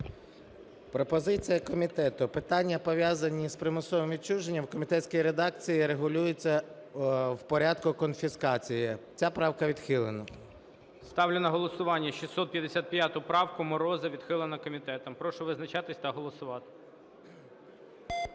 Пропозиція комітету. Питання, пов'язані з примусовим відчуженням, у комітетській редакції регулюється в порядку конфіскації. Ця правка відхилена. ГОЛОВУЮЧИЙ. Ставлю на голосування 655 правку Мороза. Відхилена комітетом. Прошу визначатись та голосувати.